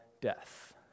death